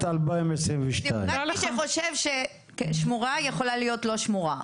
2022. רק מי שחושב ששמורה יכולה להיות לא שמורה.